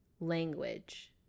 language